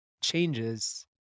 changes